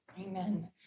Amen